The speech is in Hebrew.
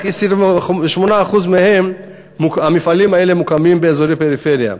רק 28% מהמפעלים האלה מוקמים באזורי פריפריה.